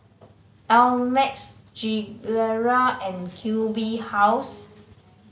Ameltz Gilera and Q B House